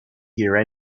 here